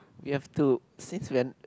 we have to since when